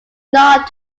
not